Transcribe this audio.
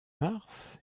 mars